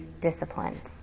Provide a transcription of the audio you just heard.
disciplines